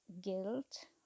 guilt